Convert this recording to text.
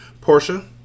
Portia